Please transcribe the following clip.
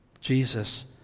Jesus